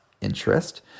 interest